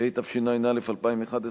התשע"א 2011,